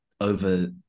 over